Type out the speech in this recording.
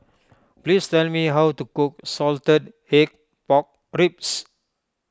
please tell me how to cook Salted Egg Pork Ribs